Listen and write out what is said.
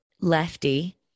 lefty